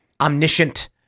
omniscient